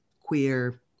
queer